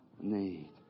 need